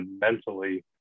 mentally